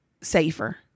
safer